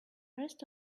rest